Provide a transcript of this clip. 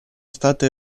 state